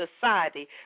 society